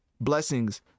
Blessings